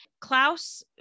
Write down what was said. Klaus